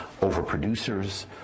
overproducers